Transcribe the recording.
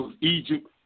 Egypt